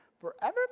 forever